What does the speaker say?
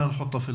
(אומר דברים בשפה הערבית להלן התרגום החופשי)